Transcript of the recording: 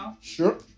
Sure